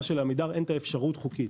מה שלעמידר אין אפשרות חוקית.